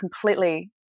completely